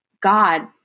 God